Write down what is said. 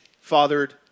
fathered